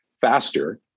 faster